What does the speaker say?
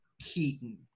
Keaton